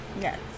yes